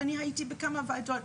ואני הייתי בכמה ועדות,